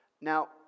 Now